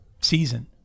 season